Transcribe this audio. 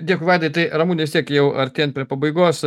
dėkui vaidai tai ramune vis tiek jau artėjant prie pabaigos